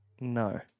No